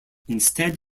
instead